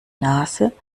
nase